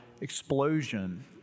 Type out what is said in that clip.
explosion